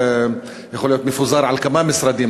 יכול להיות מפוזר על כמה משרדים,